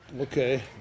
Okay